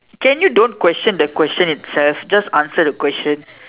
can you don't question the question itself just answer the question